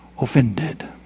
offended